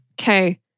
Okay